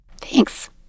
Thanks